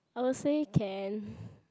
I will say can